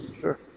Sure